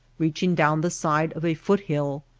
reaching down the side of a foot-hill,